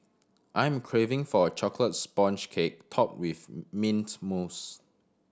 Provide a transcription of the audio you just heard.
I am craving for a chocolate sponge cake topped with mint mousse